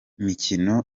mikino